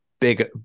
big